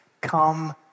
come